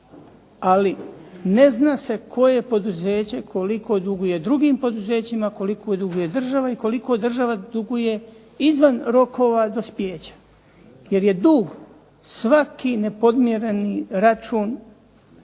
Ali ne zna se koliko koje poduzeće duguje drugom poduzeću, koliko duguje državi i koliko država duguje izvan rokova dospijeća. Jer je dug svaki nepodmireni račun